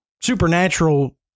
supernatural